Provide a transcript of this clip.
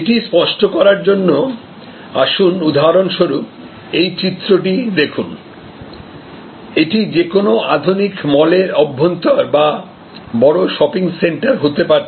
এটি স্পষ্ট করার জন্য আসুন উদাহরণস্বরূপ এই চিত্রটি দেখুন এটি যে কোনও আধুনিক মলের অভ্যন্তর বা বড় শপিং সেন্টার হতে পারত